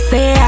Say